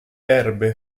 erbe